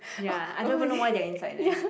ya I don't even know why they are inside there